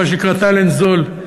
מה שנקרא טאלנט זול,